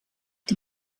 die